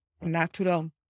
natural